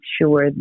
sure